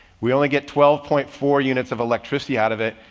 we only get twelve point four units of electricity out of it.